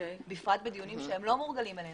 בפרט בדיונים שהם לא מורגלים בהם